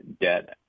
debt